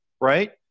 right